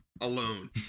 alone